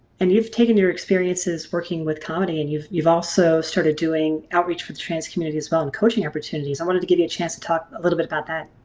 and you've taken your experiences working with comedy and you've you've also started doing outreach for the trans community as well and coaching opportunities. i wanted to give you a chance to talk a little bit about that.